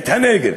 את הנגב?